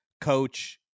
Coach